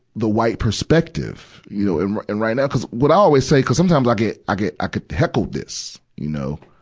the white perspective, you know. and right, and right now cuz what i always say, cuz sometimes i get, i get, i get heckled this, you know.